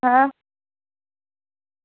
आं